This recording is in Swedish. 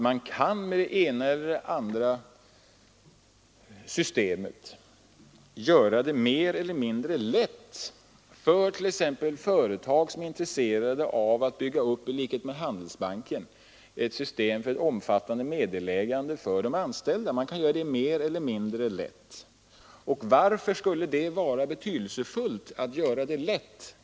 Man kan med det ena eller andra systemet göra det mer eller mindre lätt för företag som i likhet med Handelsbanken är intresserade av att bygga upp ett system för omfattande meddelägande för de anställda. Och varför skulle det vara betydelsefullt att göra det lätt?